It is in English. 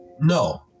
No